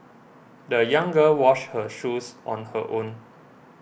the young girl washed her shoes on her own